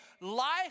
life